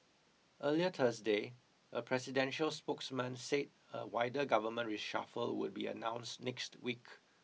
earlier Thursday a presidential spokesman say a wider government reshuffle would be announced next week